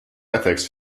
ethics